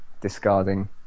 discarding